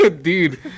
Dude